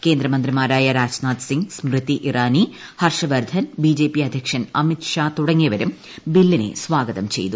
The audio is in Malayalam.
കേന്ദ്രമന്ത്രിമാരായ രാജ്നാഥ് സിങ് സ്മൃതി ഇറാനി ഹർഷവർദ്ധൻ ബിജെപി അദ്ധ്യക്ഷൻ അമിത് ഷാ തുടങ്ങിയവരും ബില്ലിനെ സ്വാഗ്ത്രം ചെയ്തു